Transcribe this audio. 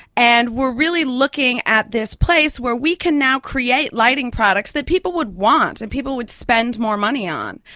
and we're really looking at this place where we can now create lighting products that people would want and people would spend more money on.